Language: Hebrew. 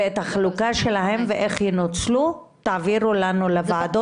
את החלוקה שלהם ואיך ינוצלו - תעבירו לנו לוועדות.